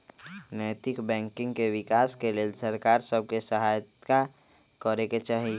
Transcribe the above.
नैतिक बैंकिंग के विकास के लेल सरकार सभ के सहायत करे चाही